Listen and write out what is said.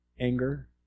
anger